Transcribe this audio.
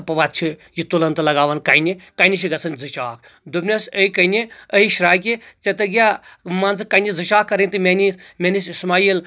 اتھ چھُ یہِ تُلان تہٕ لگاوان کنہِ کنہِ چھِ گژھان زٕ چاکھ دۄپنس اے کنہِ اے شراکہِ ژےٚ تٔگیا مان ژٕ کنہِ زٕ چاکھ کرٕنۍ تہٕ میانہِ میٲنِس اسماعیل